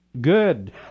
Good